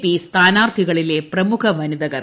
P സ്ഥാനാർത്ഥികളിലെ പ്രമുഷ്യവനീതകൾ